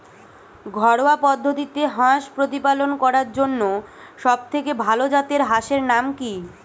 ঘরোয়া পদ্ধতিতে হাঁস প্রতিপালন করার জন্য সবথেকে ভাল জাতের হাঁসের নাম কি?